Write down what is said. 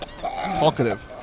talkative